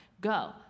go